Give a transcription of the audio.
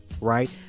right